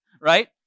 right